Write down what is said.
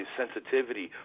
sensitivity